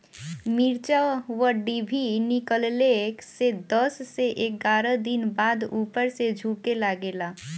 मिरचा क डिभी निकलले के दस से एग्यारह दिन बाद उपर से झुके लागेला?